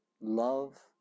Love